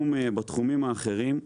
בתחומים האחרים,